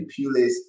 Pulis